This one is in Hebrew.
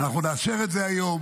אנחנו נאשר את זה היום,